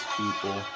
people